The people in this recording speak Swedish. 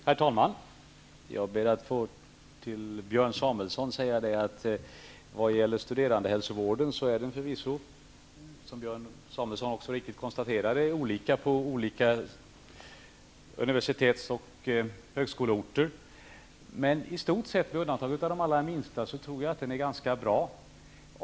Herr talman! Jag ber att till Björn Samuelson få säga att studerandehälsovården är, som Björn Samuelson riktigt konstaterade, olika på olika universitets och högskoleorter. Men i stort sett, med undantag av de allra minsta, tror jag att den är ganska bra.